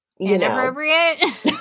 inappropriate